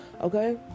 okay